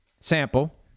sample